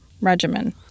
regimen